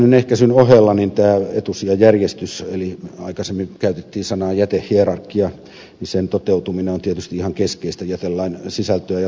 jätteen synnyn ehkäisyn ohella tämän etusijajärjestyksen aikaisemmin käytettiin sanaa jätehierarkia toteutuminen on tietysti ihan keskeistä jätelain sisältöä ja tavoitteistoa